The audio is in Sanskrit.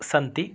सन्ति